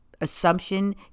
assumption